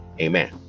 amen